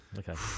okay